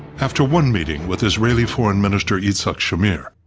after one meeting with israeli foreign minister yitzhak shamir,